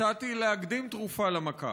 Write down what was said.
הצעתי להקדים תרופה למכה